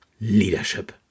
leadership